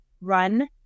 run